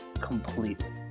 completely